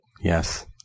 Yes